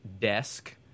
desk